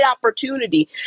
opportunity